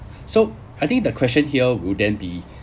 so I think the question here will then be